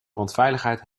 brandveiligheid